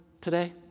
today